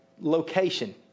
location